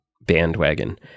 bandwagon